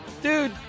dude